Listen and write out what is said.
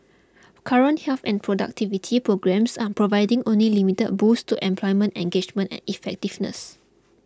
current health and productivity programmes are providing only limited boosts to employment engagement and effectiveness